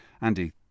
Andy